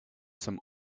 some